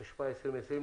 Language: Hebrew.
התשפ"א-2020,